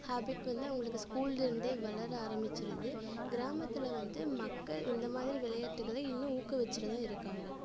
habit வந்து அவங்களுக்கு ஸ்கூல்லருந்தே வளர ஆரம்பிச்சிடுது கிராமத்தில் வந்து மக்கள் இந்த மாதிரி விளையாட்டுகள இன்னும் ஊக்குவிச்சிட்டு தான் இருக்காங்க